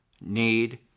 need